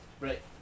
Right